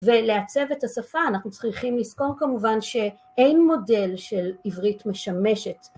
ולעצב את השפה אנחנו צריכים לזכור כמובן שאין מודל של עברית משמשת